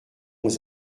aux